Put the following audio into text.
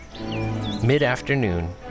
Mid-afternoon